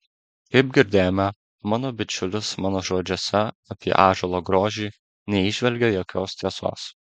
kaip girdėjome mano bičiulis mano žodžiuose apie ąžuolo grožį neįžvelgė jokios tiesos